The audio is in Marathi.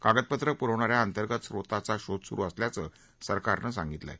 कागदपत्रं पुरवणाऱ्या अंतर्गत स्त्रोताचा शोध सुरु असल्याचं सरकारनं सांगितलं आहे